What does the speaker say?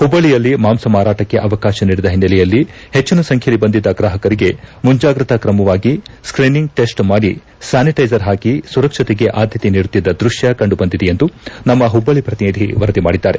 ಹುಬ್ಬಳ್ಳಿಯಲ್ಲಿ ಮಾಂಸ ಮಾರಾಟಕ್ಕೆ ಅವಕಾಶ ನೀಡಿದ ಹಿನ್ನೆಲೆಯಲ್ಲಿ ಹೆಚ್ಚಿನ ಸಂಖ್ಯೆಯಲ್ಲಿ ಬಂದಿದ್ದ ಗ್ರಾಹಕರಿಗೆ ಮುಂಜಾಗ್ರತಾ ಕ್ರಮವಾಗಿ ಸ್ಕೀನಿಂಗ್ ಟಿಸ್ಟ್ ಮಾದಿ ಸ್ಯಾನಿಟೈಸರ್ ಹಾಕಿ ಸುರಕ್ಷತೆಗೆ ಅದ್ಯತೆ ನೀಡುತ್ತಿದ್ದ ದೃಶ್ಯ ಕಂಡು ಬಂದಿದೆ ಎಂದು ನಮ್ಮ ಹುಬ್ಬಳ್ಳಿ ಪ್ರತಿನಿಧಿ ವರದಿ ಮಾದಿದ್ದಾರೆ